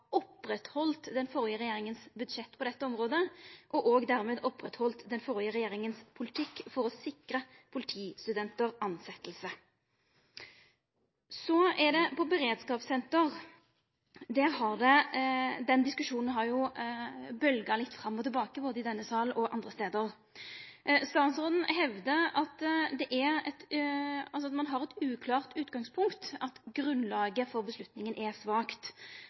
på dette området og dermed òg halde ved lag den førre regjeringa sin politikk for å sikra politistudentar tilsetting. Når det gjeld beredskapssenter: Den diskusjonen har jo bølgja litt fram og tilbake både i denne salen og andre stader. Statsråden hevdar at ein har eit uklart utgangspunkt, at grunnlaget for avgjerda er svakt.